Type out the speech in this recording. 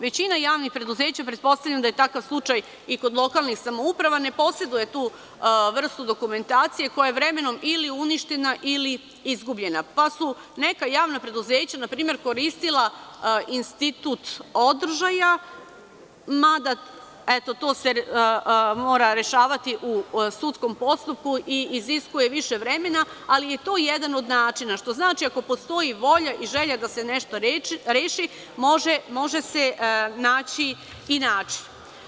Većina javnih preduzeća, pretpostavljam da je takav slučaj i kod lokalnih samouprava, ne poseduje tu vrstu dokumentacije koja je vremenom ili uništena ili izgubljena, pa su neka javna preduzeća npr. koristila institut održaja, mada to se mora rešavati u sudskom postupku i iziskuje više vremena, ali je to jedan od načina, što znači da ako postoji volja i želja da se nešto reši, može se naći i način.